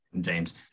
James